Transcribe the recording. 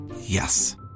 Yes